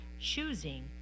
choosing